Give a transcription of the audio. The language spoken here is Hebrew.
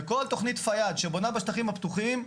וכל תוכנית פיאד שבונה בשטחים הפתוחים,